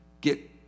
get